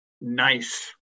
Nice